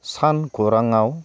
सानखौराङाव